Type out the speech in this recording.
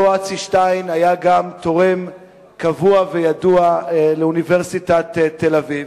אותו אצי שטיין היה גם תורם קבוע וידוע לאוניברסיטת תל-אביב.